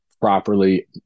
properly